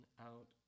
out